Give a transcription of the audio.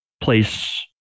place